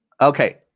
Okay